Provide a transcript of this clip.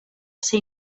ser